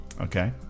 Okay